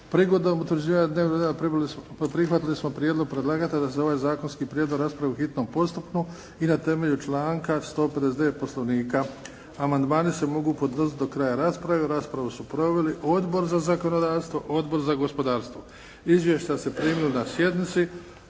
Prigodom utvrđivanja dnevnog reda prihvatili smo prijedlog predlagatelja da se ovaj zakonski prijedlog raspravi u hitnom postupku i na temelju članka 159. Poslovnika. Amandmani se mogu podnositi do kraja rasprave. Raspravu su proveli Odbor za zakonodavstvo, Odbor za gospodarstvo. Izvješća ste primili na sjednici.